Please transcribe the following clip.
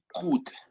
good